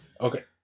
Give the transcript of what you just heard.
Okay